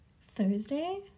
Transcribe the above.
Thursday